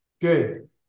good